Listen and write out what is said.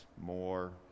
more